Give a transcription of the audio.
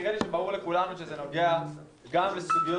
נראה לי שברור לכולנו שזה נוגע גם לסוגיות